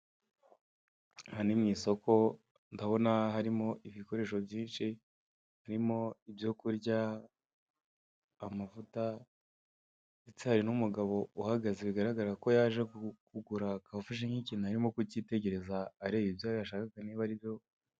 Aha ni mu isoko ndabona harimo ibikoresho byinshi birimo ibyo kurya, amavuta, ndetse hari n'umugabo uhagaze bigaragara ko yaje kugura akaba afashe ikintu arimo kucyitegereza areba ibyo yashakaga niba aribyo.